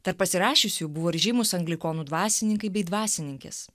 tarp pasirašiusiųjų buvo ir žymūs anglikonų dvasininkai bei dvasininkės